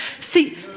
See